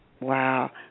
Wow